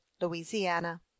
Louisiana